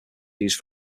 used